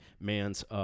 man's